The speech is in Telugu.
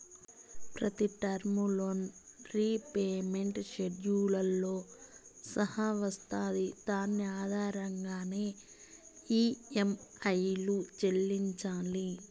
ప్రతి టర్ము లోన్ రీపేమెంట్ షెడ్యూల్తో సహా వస్తాది దాని ఆధారంగానే ఈ.యం.ఐలు చెల్లించాలి